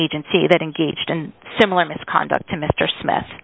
agency that engaged in similar misconduct to mr smith